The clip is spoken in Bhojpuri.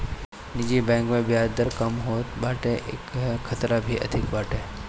निजी बैंक में बियाज दर कम होत बाटे इहवा खतरा भी अधिका बाटे